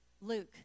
luke